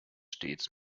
stets